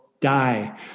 die